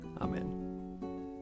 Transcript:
Amen